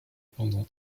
pendant